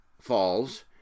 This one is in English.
falls